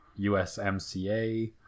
USMCA